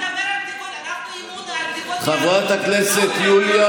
אתה מדבר על, חברת הכנסת יוליה